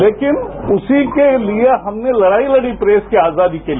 लेकिन उसी के लिए हमने लड़ाई लड़ी प्रेस की आजादी के लिए